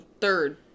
third